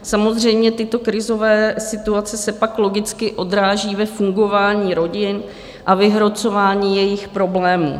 Samozřejmě, tyto krizové situace se pak logicky odráží ve fungování rodin a vyhrocování jejich problémů.